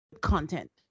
content